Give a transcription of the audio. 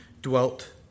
dwelt